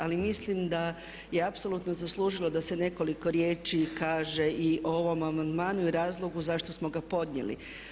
Ali mislim da je apsolutno zaslužilo da se nekoliko riječi kaže i o ovom amandmanu i razlogu zašto smo ga podnijeli.